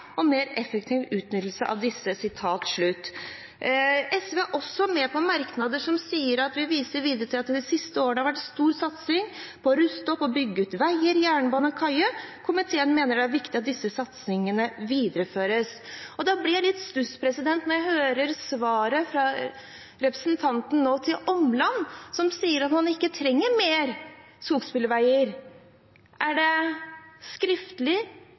og mer effektiv utnyttelse av disse.» SV er også med på merknader der komiteen viser til at «det de siste årene har vært en stor satsing på å ruste opp og bygge ut veier, jernbane og kaier. Komiteen mener det er viktig at denne satsingen videreføres». Da blir jeg litt i stuss når jeg nå hører svaret fra representanten til Omland, at man ikke trenger mer skogsbilveier. Er det